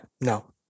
no